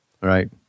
Right